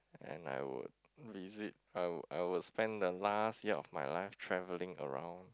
and I would visit I would I would spend the last year of my life travelling around